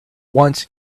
once